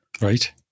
Right